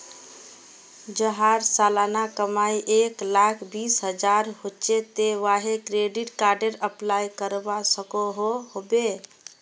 जहार सालाना कमाई एक लाख बीस हजार होचे ते वाहें क्रेडिट कार्डेर अप्लाई करवा सकोहो होबे?